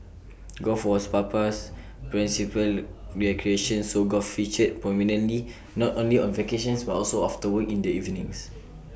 golf was Papa's principal recreation so golf featured prominently not only on vacations but also after work in the evenings